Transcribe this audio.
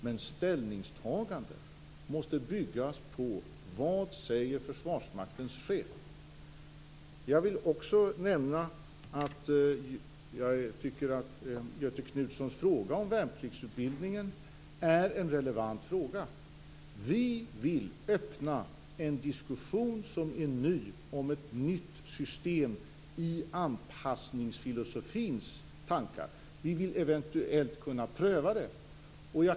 Men ställningstagandet måste byggas på vad Försvarsmaktens chef säger. Jag vill också nämna att jag tycker att Göthe Knutsons fråga om värnpliktsutbildningen är en relevant fråga. Vi vill öppna en diskussion som är ny om ett nytt system i anpassningsfilosofins tankar. Vi vill eventuellt kunna pröva det.